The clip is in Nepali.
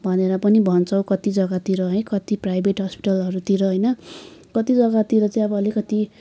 भनेर पनि भन्छ कति जग्गातिर है कति प्राइभेट हस्पिटलहरूतिर होइन कति जग्गातिर चाहिँ अब अलिकति